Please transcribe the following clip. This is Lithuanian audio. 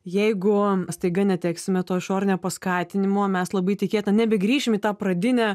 jeigu staiga neteksime to išorinio paskatinimo mes labai tikėtina nebegrįšim į tą pradinę